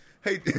hey